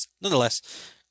Nonetheless